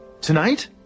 Tonight